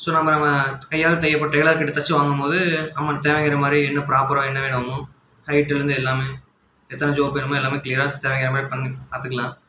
so நம்ம நம்ம கையால் தைக் இப்போ டைலர் கிட்டே தைச்சு வாங்கும்போது நம்மளுக்கு தேவைங்கிற மாதிரி இன்னும் ப்ராப்பராக என்ன வேணுமோ ஹைட்டுலேருந்து எல்லாமே எத்தனை ஜோப் வேணுமோ எல்லாமே க்ளியராக தேவைங்கிற மாதிரி பண் பார்த்துக்கலாம்